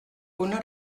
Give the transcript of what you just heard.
una